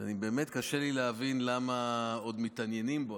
שבאמת קשה לי להבין למה עוד מתעניינים בו,